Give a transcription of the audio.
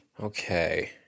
Okay